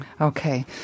Okay